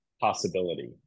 possibility